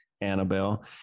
Annabelle